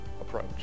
approach